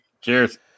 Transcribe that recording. cheers